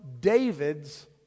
David's